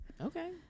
Okay